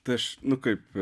tai aš nu kaip